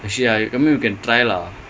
and plus